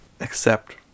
accept